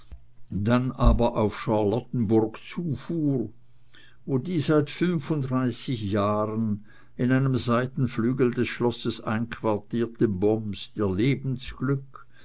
dann aber auf charlottenburg zufuhr wo die seit fünfunddreißig jahren in einem seitenflügel des schlosses einquartierte bomst ihr lebensglück